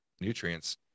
nutrients